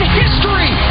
history